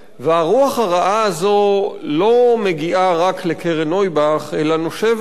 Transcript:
והרוח הרעה הזו לא מגיעה רק לקרן נויבך אלא נושבת